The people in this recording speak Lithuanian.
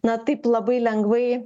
na taip labai lengvai